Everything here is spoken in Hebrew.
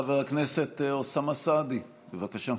חבר הכנסת אוסאמה סעדי, בבקשה.